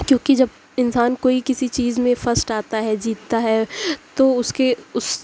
کیوںکہ جب انسان کوئی کسی چیز میں فسٹ آتا ہے جیتتا ہے تو اس کے اس